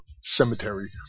Cemetery